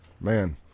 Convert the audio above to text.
man